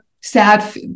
sad